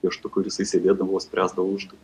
pieštuko ir jisai sėdėdavo spręsdavo uždavinį